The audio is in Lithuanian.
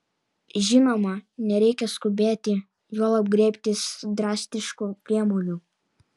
žinoma nereikia skubėti juolab griebtis drastiškų priemonių